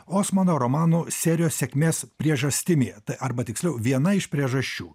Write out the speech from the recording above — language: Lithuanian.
osmano romanų serijos sėkmės priežastimi arba tiksliau viena iš priežasčių